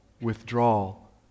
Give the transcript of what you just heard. withdrawal